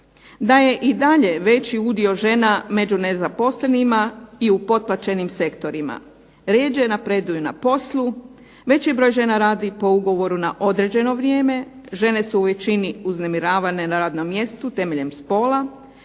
da je i dalje veći udio žena među nezaposlenima i u potplaćenim sektorima. Rijeđe napreduju na poslu, veći broj žena radi na ugovoru na određeno vrijeme, žene su u većini uznemiravane na radnom mjestu temeljem spola,